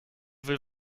will